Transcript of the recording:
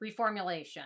reformulation